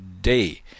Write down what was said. day